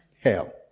hell